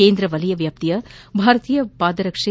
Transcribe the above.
ಕೇಂದ್ರ ವಲಯ ವ್ಯಾಪ್ತಿಯ ಭಾರತೀಯ ಪಾದರಕ್ಷೆ